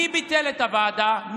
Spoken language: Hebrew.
מי ביטל את הוועדה?